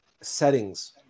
settings